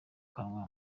kanwa